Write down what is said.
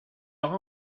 aura